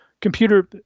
computer